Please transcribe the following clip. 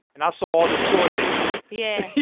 and i saw all the tour dates yeah